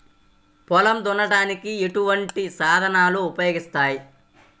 పొలం దున్నడానికి ఎటువంటి సాధనాలు ఉపకరిస్తాయి?